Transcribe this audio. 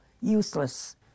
useless